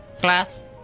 class